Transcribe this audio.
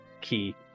Key